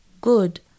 good